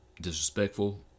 disrespectful